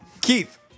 Keith